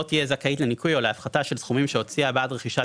לא תהיה זכאית לניכוי או להפחתה של סכומים שהוציאה בעד רכישת